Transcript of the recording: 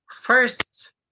first